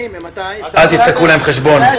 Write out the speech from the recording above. אל תדפקו להם חשבון.